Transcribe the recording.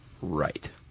Right